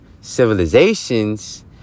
civilizations